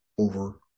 over